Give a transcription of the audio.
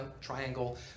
Triangle